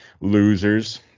Losers